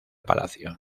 palacio